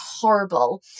horrible